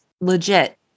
legit